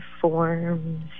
forms